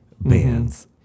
bands